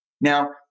Now